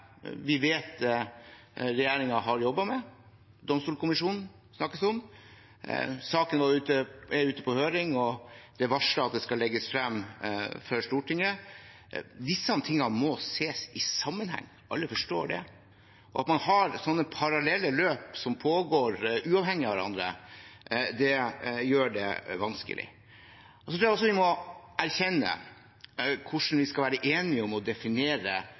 vi vet regjeringen har jobbet med. Domstolkommisjonen snakkes det om. Saken er ute på høring, og det er varslet at den skal legges frem for Stortinget. Disse tingene må ses i sammenheng – alle forstår det. At man har sånne parallelle løp som pågår uavhengig av hverandre, gjør det vanskelig. Jeg tror også vi må bli enige om hvordan vi skal definere begrepet «frivillighet». Dersom begrepet «frivillighet» betyr at tre sorenskrivere er enige,